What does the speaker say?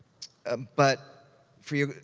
um but for you,